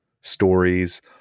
stories